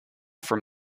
from